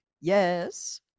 Yes